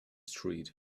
street